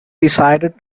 decided